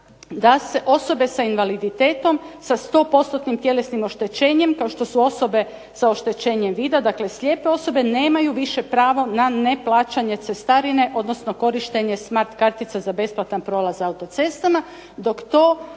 da se osobe s invaliditetom sa stopostotnim tjelesnim oštećenjem, kao što su osobe sa oštećenjem vida, dakle slijepe osobe, nemaju više pravo na neplaćanje cestarine, odnosno korištenje smart kartica za besplatan prolaz autocestama, dok to